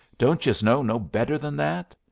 don't youse know no better than that?